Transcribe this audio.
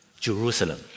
Jerusalem